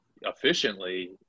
efficiently